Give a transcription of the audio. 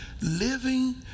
living